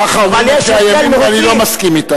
ככה אומרים אנשי הימין, ואני לא מסכים אתם.